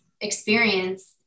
experience